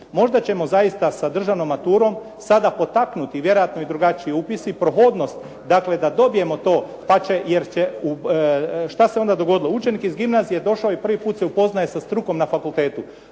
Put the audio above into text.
Možda ćemo zaista sa državnom maturom sada potaknuti, vjerojatno i drugačiji upis i prohodnost, dakle da dobijemo to pa će, jer će, što se onda dogodilo? Učenik iz gimnazije je došao i prvi put se upoznaje sa strukom na fakultetu.